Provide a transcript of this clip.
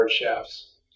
shafts